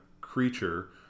creature